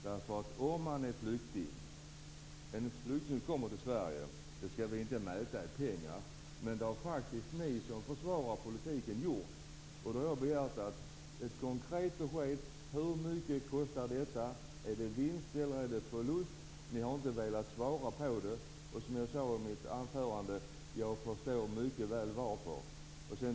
En flykting som kommer till Sverige går inte att mäta i pengar, men det har faktiskt ni som försvarar politiken gjort. Jag har begärt ett konkret besked om hur mycket detta kostar. Är det vinst eller förlust? Ni har inte velat svara på frågan. Och som jag sade i mitt anförande: Jag förstår mycket väl varför.